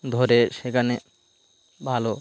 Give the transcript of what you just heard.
ধরে সেখানে ভালো